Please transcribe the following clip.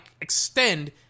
extend